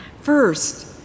First